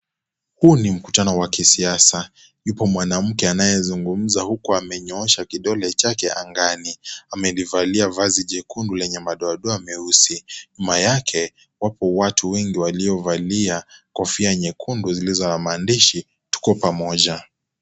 Huu ni mkutano wa kisiasa, yupo mwanamke anayezungumza huku amenyoosha kidole chake angani, amelivalia vazi jekundu lenye madoadoa meusi. Nyuma yake wapo watu wengi waliovalia kofia nyekundu zilizo na maandishi "Tuko Pamoja".